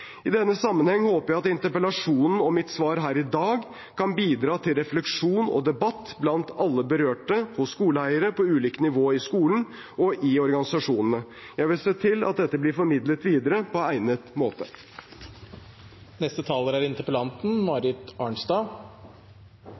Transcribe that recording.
I denne sammenheng håper jeg at interpellasjonen og mitt svar her i dag kan bidra til refleksjon og debatt blant alle berørte, hos skoleeiere, på ulike nivå i skolen og i organisasjonene. Jeg vil se til at dette blir formidlet videre på egnet måte.